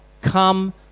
come